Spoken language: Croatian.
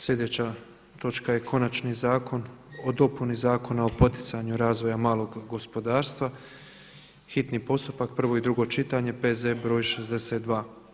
Slijedeća točka je: - Konačni prijedlog Zakona o dopuni Zakona o poticanju razvoja malog gospodarstva, hitni postupak, prvo i drugo čitanje, P.Z.BR.62.